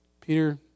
Peter